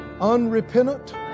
Unrepentant